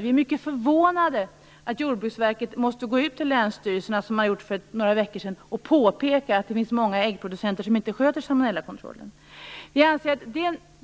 Vi är mycket förvånade över att Jordbruksverket måste gå ut till länsstyrelserna, som man gjorde för några veckor sedan, och påpeka att det finns många äggproducenter som inte sköter salmonellakontrollen. Vi anser att